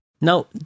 Now